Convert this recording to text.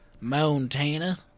Montana